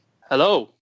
Hello